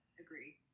Agree